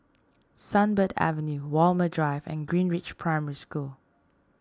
Sunbird Avenue Walmer Drive and Greenridge Primary School